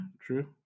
true